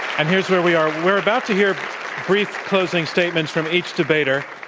and here's where we are. we're about to hear brief closing statements from each debater.